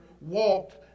walked